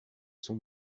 son